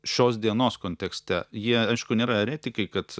šios dienos kontekste jie aišku nėra eretikai kad